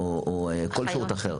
אחיות או כל שירות אחר,